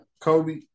Kobe